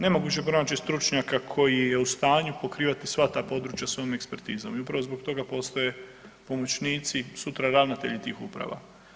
Nemoguće je pronaći stručnjaka koji je u stanju pokrivati sva ta područja svojom ekspertizom i upravo zbog toga postoje pomoćnici, sutra ravnatelji tih uprava.